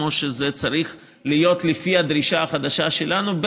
כמו שזה צריך להיות לפי הדרישה החדשה שלנו,